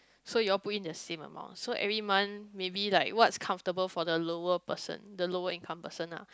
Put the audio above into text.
so you all put in the same amount so every month maybe like what's comfortable for the lower person the lower income person ah